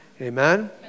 Amen